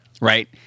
Right